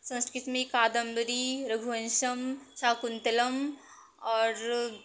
संस्कृत मे कादम्बरी रघुवंशम शाकुंतलम और